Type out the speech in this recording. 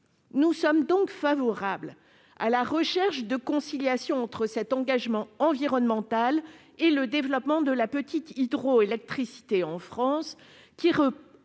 Nous sommes favorables à la recherche d'une conciliation entre cet engagement environnemental et le développement de la petite hydroélectricité en France,